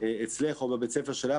אצלך או בבית ספר שלך.